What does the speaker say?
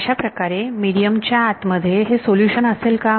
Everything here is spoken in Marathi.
अशाप्रकारे मिडीयम च्या आत मध्ये हे सोल्युशन असेल का